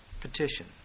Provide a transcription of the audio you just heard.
petition